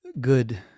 good